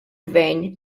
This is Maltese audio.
gvern